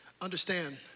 understand